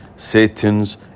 satan's